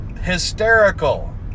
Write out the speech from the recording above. hysterical